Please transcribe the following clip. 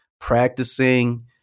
practicing